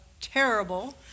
terrible